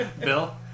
Bill